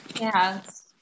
yes